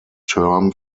term